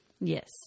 Yes